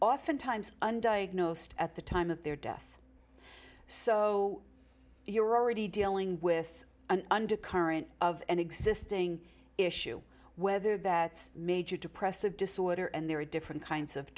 oftentimes undiagnosed at the time of their death so you're already dealing with an undercurrent of an existing issue whether that major depressive disorder and there are different kinds of